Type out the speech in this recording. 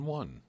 one